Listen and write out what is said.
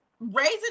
raising